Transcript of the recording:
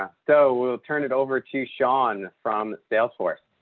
ah so we'll turn it over to shawn from salesforce.